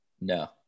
No